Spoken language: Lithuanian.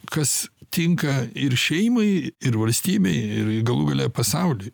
kas tinka ir šeimai ir valstybei ir galų gale pasauliui